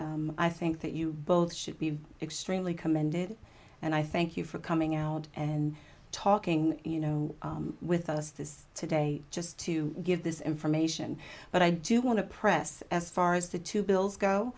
i think that you both should be extremely commended and i thank you for coming out and talking you know with us this today just to give this information but i do want to press as far as the two bills go